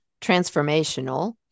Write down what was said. transformational